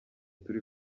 turi